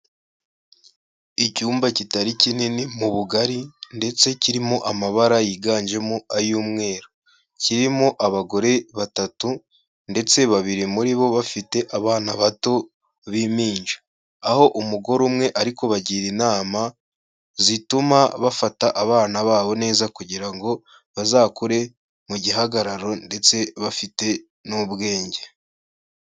Icyumba kitari kinini mu bugari ndetse kirimo amabara yiganjemo ay'umweru, kirimo abagore batatu ndetse babiri muri bo bafite abana bato b'impinja, aho umugore umwe ari kubagira inama zituma bafata abana babo neza kugira ngo bazakure mu gihagararo ndetse bafite n'ubwenge.